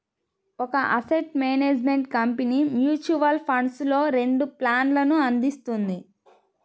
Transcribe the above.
ఒక asset management company mutual ఫండ్స్లో రెండు ప్లాన్లను అందిస్తుంది